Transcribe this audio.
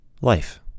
life